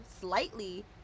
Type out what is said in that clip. slightly